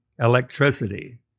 electricity